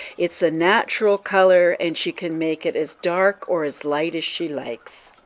it's a natural color and she can make it as dark or as light as she likes.